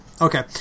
Okay